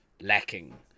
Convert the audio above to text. lacking